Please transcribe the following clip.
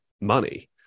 money